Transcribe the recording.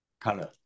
color